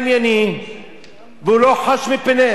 והוא לא חת מפני איש.